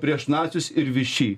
prieš nacius ir viši